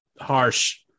harsh